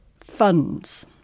funds